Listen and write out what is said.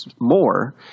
more